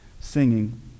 singing